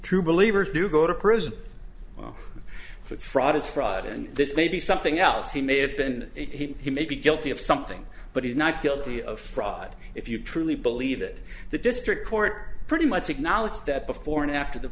true believers do go to prison for fraud is fraud and this may be something else he may have been he may be guilty of something but he's not guilty of fraud if you truly believe that the district court pretty much acknowledged that before and after the